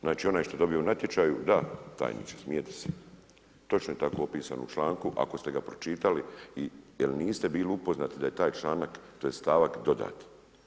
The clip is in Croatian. Znači onaj što je dobio u natječaju, da, tajniče smijete se, točno je tako opisano u članku, ako ste ga pročitali jel niste bili upoznati da je taj članak tj. stavak dodat.